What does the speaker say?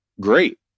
great